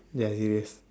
ya serious